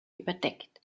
überdeckt